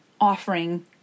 offering